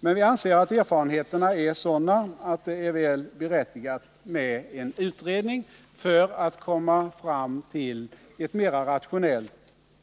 Men vi anser att erfarenheterna är sådana att det är väl berättigat med en utredning för att komma fram till ett mer rationellt